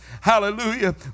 Hallelujah